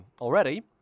already